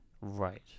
Right